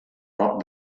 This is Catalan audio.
prop